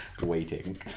Waiting